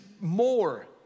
more